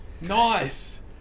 Nice